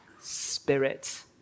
spirit